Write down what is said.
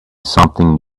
something